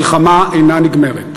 המלחמה אינה נגמרת.